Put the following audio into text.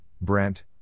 Brent